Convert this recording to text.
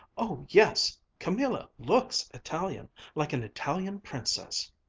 oh yes camilla looks italian like an italian princess!